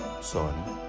son